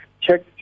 Check